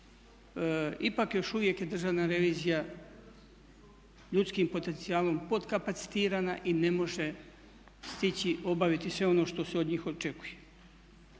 ipak još uvijek je Državna revizija ljudskim potencijalom potkapacitirana i ne može stići obaviti sve ono što se od njih očekuje.